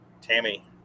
Tammy